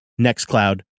NextCloud